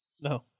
No